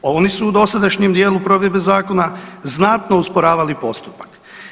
Oni su u dosadašnjem dijelu provedbe zakona znatno usporavali postupak.